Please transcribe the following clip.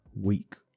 week